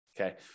okay